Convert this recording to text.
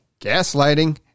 gaslighting